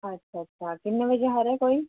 अच्छा अच्छा किन्ने बजे हारे कोई